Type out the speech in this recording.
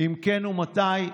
2. אם כן, מתי?